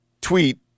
tweet